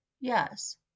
Yes